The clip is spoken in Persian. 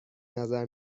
نظر